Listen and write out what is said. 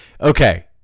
okay